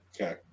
Okay